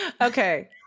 Okay